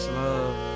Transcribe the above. love